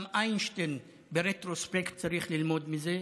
גם איינשטיין, ברטרוספקט, צריך ללמוד מזה,